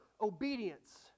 obedience